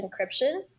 encryption